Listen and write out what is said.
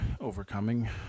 overcoming